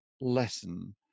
lesson